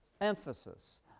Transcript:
emphasis